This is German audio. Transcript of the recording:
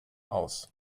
aus